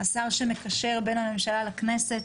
השר שמקשר בין הממשלה לכנסת,